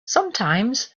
sometimes